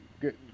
Good